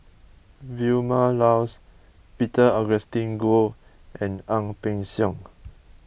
Vilma Laus Peter Augustine Goh and Ang Peng Siong